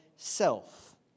self